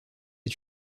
est